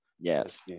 Yes